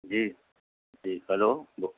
جی جی ہیلو